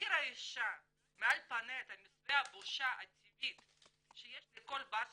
"כשהסירה האישה מעל פניה את מסווה הבושה הטבעי שיש לכל בר ישראל,